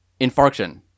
infarction